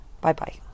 Bye-bye